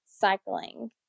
cycling